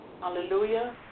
Hallelujah